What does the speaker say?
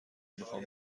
میخوام